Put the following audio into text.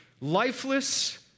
lifeless